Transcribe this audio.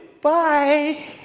Bye